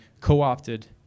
co-opted